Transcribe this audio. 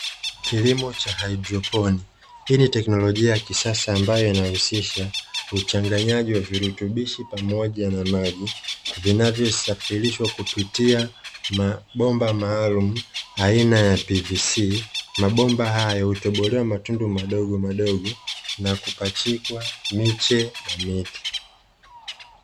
Kilimo cha haidroponi hii ni teknolojia ya kisasa ambayo inahusisha, uchanganyaji wa virutubisho pamoja na maji. Vinavosafirishwa kupitia mabomba maalumu aina ya "PVC". Mabomba hayo hutobolewa matundu madogomadogo na kupachikwa miche ya miti.